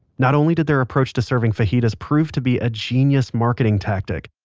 not only did their approach to serving fajitas prove to be a genius marketing tactic,